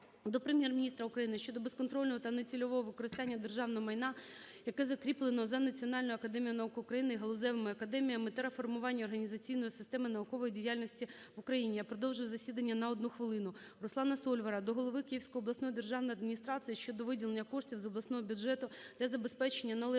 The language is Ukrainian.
до Прем'єр-міністра України щодо безконтрольного та нецільового використання державного майна, яке закріплено за Національною академією наук України і галузевими академіями, та реформування організаційної системи наукової діяльності в Україні. Я продовжую засідання на одну хвилину. РусланаСольвара до голови Київської обласної державної адміністрації щодо виділення коштів з обласного бюджету для забезпечення належним